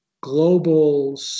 global